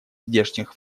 здешних